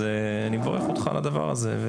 אני מברך אותך על הדבר הזה.